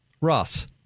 Ross